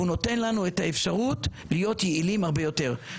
ונותן לנו את האפשרות להיות יעילים הרבה יותר.